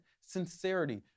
sincerity